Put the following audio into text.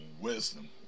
wisdom